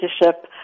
leadership